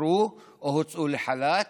פוטרו או הוצאו לחל"ת.